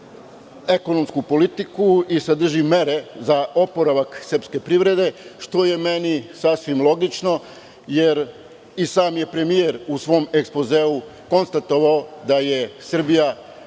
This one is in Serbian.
ekonomsku politiku i da sadrži mere za oporavak srpske privrede što je meni sasvim logično jer i sam premijer je u svom ekspozeu konstatovao da je Srbija